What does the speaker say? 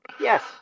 Yes